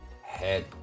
head